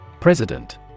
President